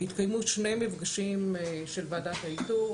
התקיימו שני מפגשים של ועדת האיתור,